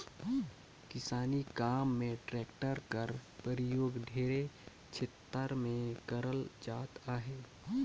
किसानी काम मे टेक्टर कर परियोग ढेरे छेतर मे करल जात अहे